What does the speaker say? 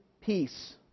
peace